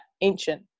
ancient